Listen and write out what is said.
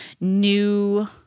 new